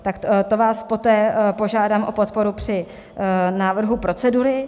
Tak to vás poté požádám o podporu při návrhu procedury.